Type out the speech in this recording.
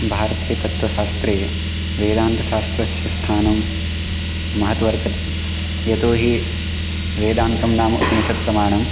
भारतीय तत्त्वशास्त्रे वेदान्तशास्त्रस्य स्थानं महत् वर्तते यतो हि वेदान्तं नाम उपनिषत् प्रमाणम्